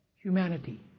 humanity